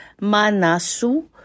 Manasu